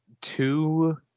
two